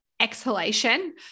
exhalation